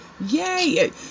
Yay